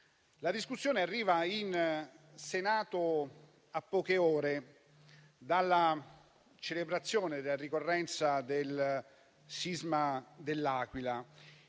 Il provvedimento arriva in Senato a poche ore dalla celebrazione della ricorrenza del sisma dell'Aquila: